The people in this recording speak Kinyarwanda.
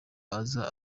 aza